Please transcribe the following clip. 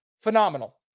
phenomenal